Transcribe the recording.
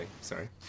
sorry